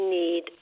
need